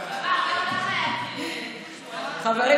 עכשיו, חבל על הזמן.